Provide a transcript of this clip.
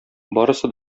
барысы